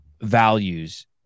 values